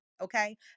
okay